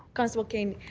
constable cane